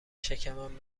شکمم